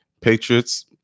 Patriots